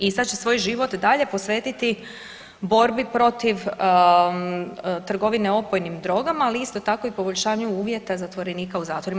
I sad će svoj život dalje posvetiti borbi protiv trgovine opojnim drogama, ali isto tako i poboljšanju uvjeta zatvorenika u zatvorima.